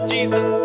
Jesus